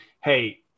hey